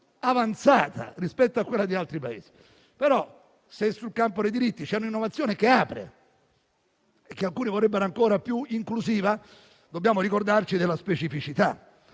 più avanzata rispetto alla situazione di altri Paesi. Tuttavia, se sul campo dei diritti c'è un'innovazione che apre (e che alcuni vorrebbero ancora più inclusiva), dobbiamo ricordarci della specificità.